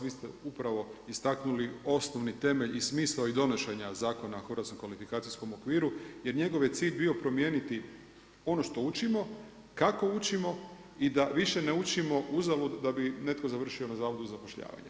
Vi ste upravo istaknuli osnovni temelj i smisao i donošenja Zakona o hrvatskom kvalifikacijskom okviru, jer njegov je cilj bio promijeniti, ono što učimo, kako učimo i da više ne učimo uzalud, da bi netko završio na Zavodu za zapošljavanje.